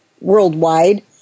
worldwide